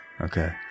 Okay